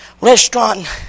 restaurant